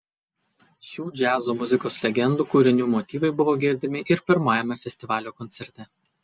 šių džiazo muzikos legendų kūrinių motyvai buvo girdimi ir pirmajame festivalio koncerte